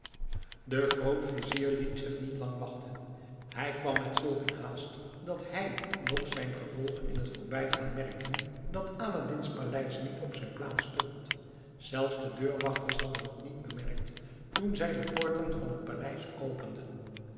de grootvizier liet zich niet lang wachten hij kwam met zulk een haast dat hij noch zijn gevolg in het voorbijgaan merkten dat aladdin's paleis niet op zijn plaats stond zelfs de deurwachters hadden het niet bemerkt toen zij de poorten van het paleis